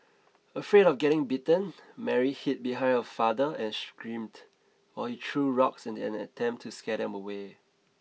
afraid of getting bitten Mary hid behind her father and screamed while he threw rocks in an attempt to scare them away